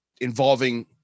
involving